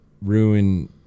ruin